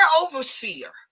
overseer